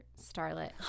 starlet